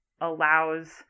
allows